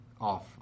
off